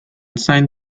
signed